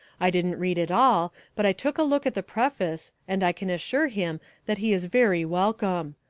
i didn't read it all but i took a look at the preface and i can assure him that he is very welcome.